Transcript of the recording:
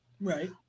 right